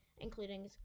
including